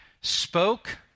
spoke